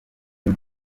iyo